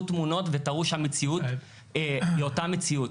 תמונות ותראו שהמציאות היא אותה מציאות.